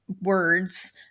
words